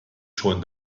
schon